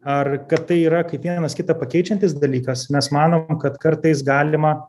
ar kad tai yra kaip vienas kitą pakeičiantis dalykas nes manom kad kartais galima